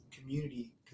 community